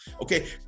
Okay